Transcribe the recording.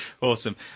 awesome